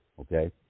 Okay